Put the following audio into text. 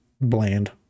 bland